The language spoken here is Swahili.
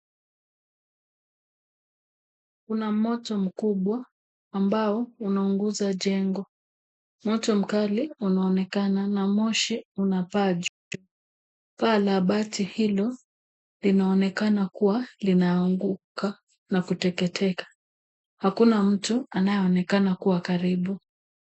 Kuna moto mkubwa ambao unaunguza jengo. Moto mkali unonekana na moshi unapaa juu. Paa la bati hilo linaonekana kuwa linaanguka na kuteketeka. Hakuna mtu anayeonekana kuwa karibu.